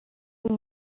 wari